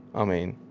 i mean,